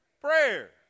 prayer